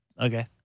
Okay